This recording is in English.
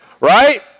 right